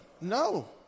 No